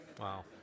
Wow